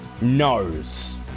knows